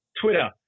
Twitter